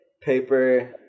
paper